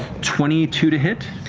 twenty two to hit.